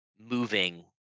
moving